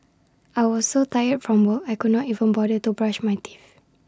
I was so tired from work I could not even bother to brush my teeth